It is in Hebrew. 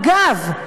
אגב,